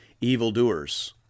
evildoers